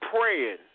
praying